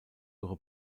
ihre